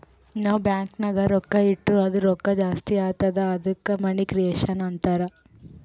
ನಾವ್ ಬ್ಯಾಂಕ್ ನಾಗ್ ರೊಕ್ಕಾ ಇಟ್ಟುರ್ ಅದು ರೊಕ್ಕಾ ಜಾಸ್ತಿ ಆತ್ತುದ ಅದ್ದುಕ ಮನಿ ಕ್ರಿಯೇಷನ್ ಅಂತಾರ್